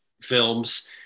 films